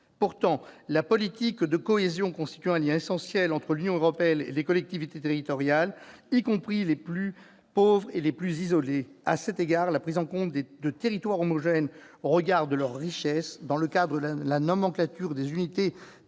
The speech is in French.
Pourtant, la politique de cohésion constitue un lien essentiel entre l'Union européenne et les collectivités territoriales, y compris les plus pauvres et les plus isolées. À cet égard, la prise en compte de territoires homogènes au regard de leur richesse dans le cadre de la nomenclature des unités territoriales